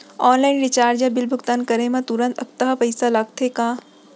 Online recharge या bill भुगतान करे मा तुरंत अक्तहा पइसा लागथे का?